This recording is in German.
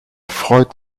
freut